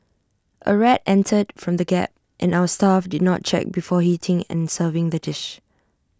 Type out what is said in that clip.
A rat entered from the gap and our staff did not check before heating and serving the dish